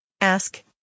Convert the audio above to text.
Ask